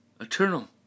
Eternal